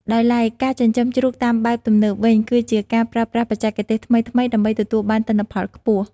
ដោយឡែក ការចិញ្ចឹមជ្រូកតាមបែបទំនើបវិញ គឺជាការប្រើប្រាស់បច្ចេកទេសថ្មីៗដើម្បីទទួលបានទិន្នផលខ្ពស់។